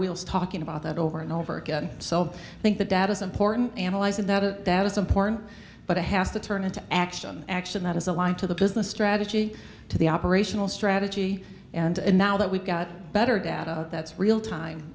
wheels talking about that over and over again so i think the data is important analyzing that to that is important but i has to turn into action action that is aligned to the business strategy to the operational strategy and now that we've got better data that's real time